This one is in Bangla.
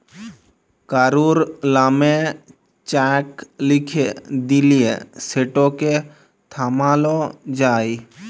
কারুর লামে চ্যাক লিখে দিঁলে সেটকে থামালো যায়